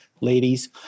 ladies